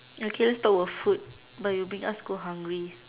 okay let's talk about food but you'll bring us go hungry